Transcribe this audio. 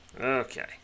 Okay